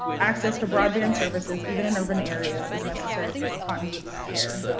access to broadband services even in urban areas is necessary for continuity of care.